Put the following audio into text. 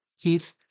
Keith